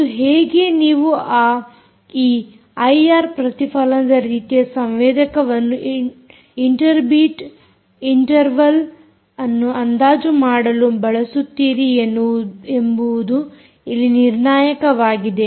ಮತ್ತು ಹೇಗೆ ನೀವು ಈ ಐಆರ್ ಪ್ರತಿಫಲನದ ರೀತಿಯ ಸಂವೇದಕವನ್ನು ಇಂಟರ್ ಬೀಟ್ ಇಂಟರ್ವಲ್ಅನ್ನು ಅಂದಾಜು ಮಾಡಲು ಬಳಸುತ್ತೀರಿ ಎಂಬುವುದು ಇಲ್ಲಿ ನಿರ್ಣಾಯಕವಾಗಿದೆ